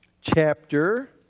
Chapter